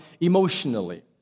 emotionally